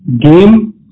game